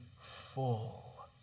full